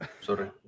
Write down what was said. Sorry